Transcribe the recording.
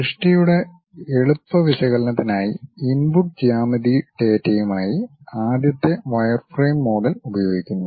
സൃഷ്ടിയുടെ എളുപ്പ വിശകലനത്തിനായി ഇൻപുട്ട് ജ്യാമിതി ഡാറ്റയായി ആദ്യത്തെ വയർഫ്രെയിം മോഡൽ ഉപയോഗിക്കുന്നു